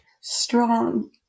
strong